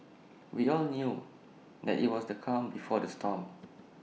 we all knew that IT was the calm before the storm